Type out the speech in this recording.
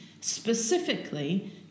specifically